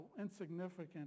insignificant